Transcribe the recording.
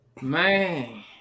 man